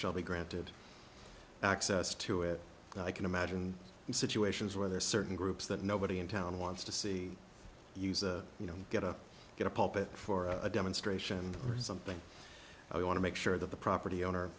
shall be granted access to it i can imagine situations where there are certain groups that nobody in town wants to see use a you know get up get a puppet for a demonstration or something i want to make sure that the property owner